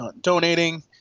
donating